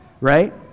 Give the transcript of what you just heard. right